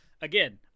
Again